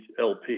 LP